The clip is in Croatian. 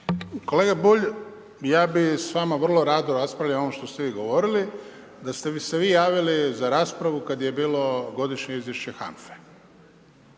Kolega Bulj, ja bih s vama vrlo rado raspravljalo o ovom što ste vi govorili da ste se vi javili za raspravu kada je bilo godišnje izvješće HANFA-e.